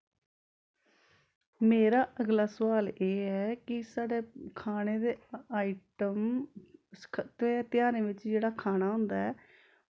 मेरा अगला सोआल एह् ऐ कि साढ़े खाने दे आइटम ते तेहारें बिच्च जेह्ड़ा खाना होंदा ऐ